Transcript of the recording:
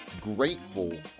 grateful